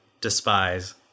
despise